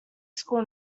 school